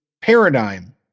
paradigm